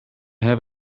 have